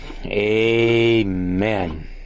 Amen